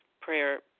prayer